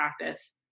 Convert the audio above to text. practice